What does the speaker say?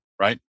right